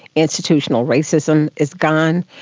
institutional racism is gone.